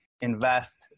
invest